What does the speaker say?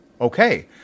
okay